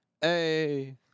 hey